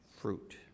fruit